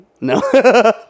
No